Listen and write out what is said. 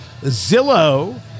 Zillow